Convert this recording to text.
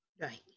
Right